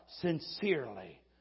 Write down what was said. sincerely